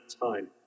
time